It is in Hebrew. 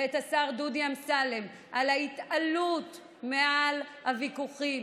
ואת השר דודי אמסלם על ההתעלות מעל הוויכוחים,